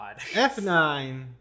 F9